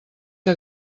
que